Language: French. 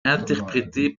interprété